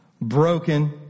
broken